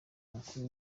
umukuru